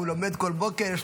הוא לומד כל בוקר.